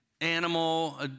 animal